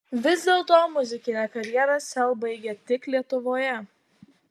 vis dėlto muzikinę karjerą sel baigia tik lietuvoje